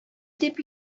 дип